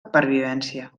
pervivència